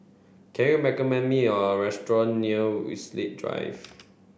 can you me a restaurant near Winstedt Drive